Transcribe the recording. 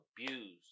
abused